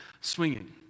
swinging